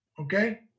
Okay